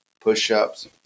push-ups